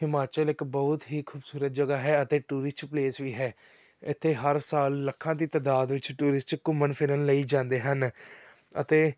ਹਿਮਾਚਲ ਇੱਕ ਬਹੁਤ ਹੀ ਖੂਬਸੂਰਤ ਜਗ੍ਹਾ ਹੈ ਅਤੇ ਟੂਰਿਸਟ ਪਲੇਸ ਵੀ ਹੈ ਇੱਥੇ ਹਰ ਸਾਲ ਲੱਖਾਂ ਦੀ ਤਾਦਾਦ ਵਿੱਚ ਟੂਰਿਸਟ ਘੁੰਮਣ ਫਿਰਨ ਲਈ ਜਾਂਦੇ ਹਨ ਅਤੇ